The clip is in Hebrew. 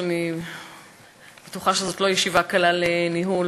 כשאנחנו באמת סמכנו דווקא על רבני ערים,